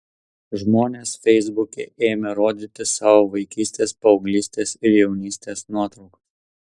žmonės feisbuke ėmė rodyti savo vaikystės paauglystės ir jaunystės nuotraukas